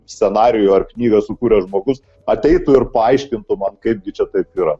scenarijų ar knygą sukūręs žmogus ateitų ir paaiškintų man kaipgi čia taip yra